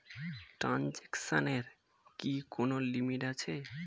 ট্রানজেকশনের কি কোন লিমিট আছে?